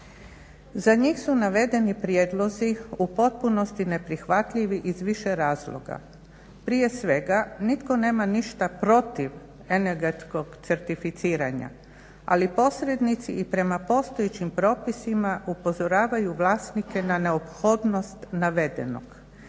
Za njih su navedeni prijedlozi u potpunosti neprihvatljivi iz više razloga. Prije svega nitko nema ništa protiv energetskog certificiranja ali posrednici i prema postojećim propisima upozoravaju vlasnike na neophodnost navedenog.